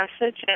message